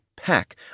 pack